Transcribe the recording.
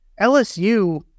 LSU